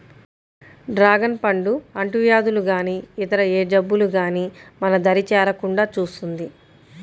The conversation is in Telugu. డ్రాగన్ పండు అంటువ్యాధులు గానీ ఇతర ఏ జబ్బులు గానీ మన దరి చేరకుండా చూస్తుంది